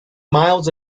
miles